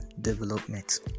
development